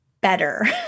better